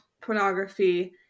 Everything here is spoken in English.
pornography